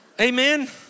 Amen